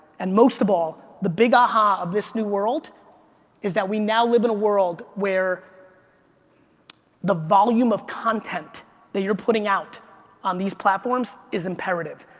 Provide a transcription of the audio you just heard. and most of all, the big ah-hah of this new world is that we now live in a world where the volume of content that you're putting out on these platforms is imperative.